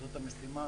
זאת המשימה,